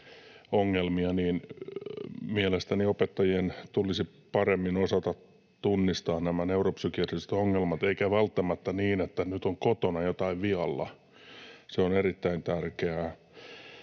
ongelmia, niin mielestäni opettajien tulisi paremmin osata tunnistaa nämä neuropsykiatriset ongelmat, eikä välttämättä niin, että nyt on kotona jotain vialla. Se on erittäin tärkeää.